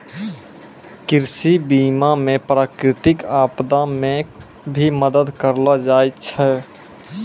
कृषि बीमा मे प्रकृतिक आपदा मे भी मदद करलो जाय छै